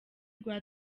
rwa